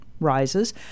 rises